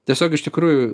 tiesiog iš tikrųjų